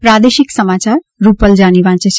પ્રાદેશિક સમાચાર રૂપલ જાની વાંચે છે